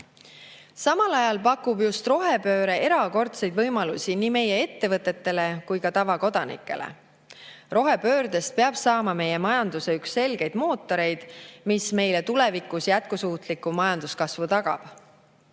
Samal ajal pakub just rohepööre erakordseid võimalusi nii meie ettevõtetele kui ka tavakodanikele. Rohepöördest peab saama meie majanduse üks selgeid mootoreid, mis meile tulevikus jätkusuutliku majanduskasvu tagab.